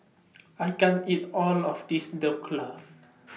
I can't eat All of This Dhokla